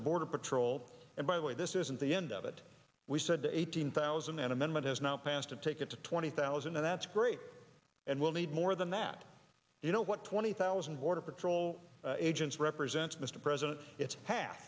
the border patrol and by the way this isn't the end of it we said eighteen thousand an amendment has now passed and take it to twenty thousand and that's great and we'll need more than that you know what twenty thousand border patrol agents represents mr president it's half